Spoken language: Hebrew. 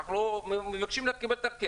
אנחנו מבקשים להחזיר את הכסף ולא מקבלים.